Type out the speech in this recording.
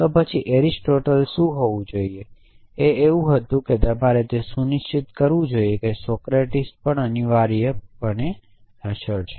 તો પછી એરિસ્ટોટલ શું હોવું જોઈએ તેવું હતું કે તમારે સુનિશ્ચિત કરવું જોઈએ કે સોક્રેટીસ અનિવાર્યપણે નશ્વર છે